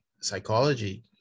psychology